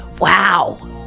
Wow